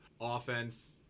Offense